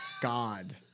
God